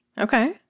Okay